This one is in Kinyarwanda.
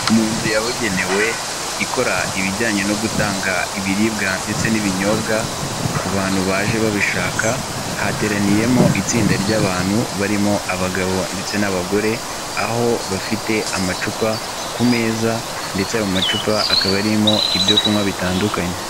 Mu nzu yabugenewe ikora ibijyanye no gutanga ibiribwa ndetse n'ibinyobwa ku bantu baje babishaka hateraniyemo itsinda ry'abantu barimo abagabo ndetse n'abagore aho bafite amacupa ku meza ndetse ayo macupa akaba arimo ibyo kunywa bitandukanye.